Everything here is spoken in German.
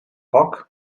hoc